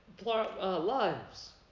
lives